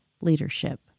leadership